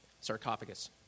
Sarcophagus